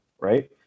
right